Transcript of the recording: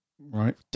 Right